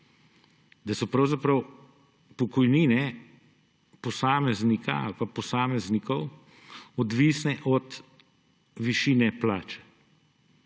da so pravzaprav pokojnine posameznika ali pa posameznikov odvisne od višine plače.